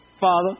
Father